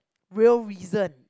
real reason